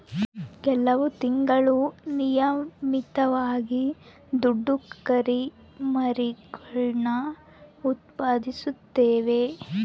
ಕೆಲವು ತಳಿಗಳು ನಿಯಮಿತವಾಗಿ ದೊಡ್ಡ ಕುರಿಮರಿಗುಳ್ನ ಉತ್ಪಾದಿಸುತ್ತವೆ